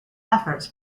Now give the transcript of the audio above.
efforts